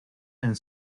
and